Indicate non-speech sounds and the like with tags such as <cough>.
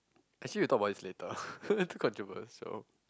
actually we talk about this later <laughs> to contribute also